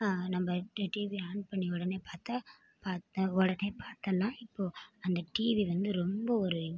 நம்ப டி டிவியை ஆன் பண்ணி உடனே பார்த்தா பாத்தா உடனே பார்த்துல்லா இப்போ அந்த டிவி வந்து ரொம்போ ஒரு